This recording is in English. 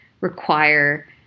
require